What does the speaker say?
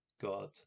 god